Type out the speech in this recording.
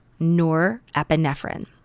norepinephrine